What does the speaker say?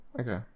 Okay